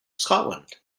scotland